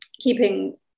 keeping